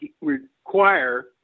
require